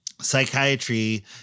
psychiatry